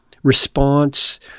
response